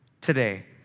today